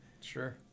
Sure